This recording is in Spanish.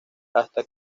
hasta